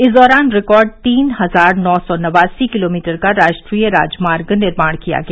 इस दौरान रिकॉर्ड तीन हजार नौ सौ नवासी किलोमीटर का राष्ट्रीय राजमार्ग निर्माण किया गया